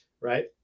right